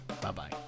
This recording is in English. Bye-bye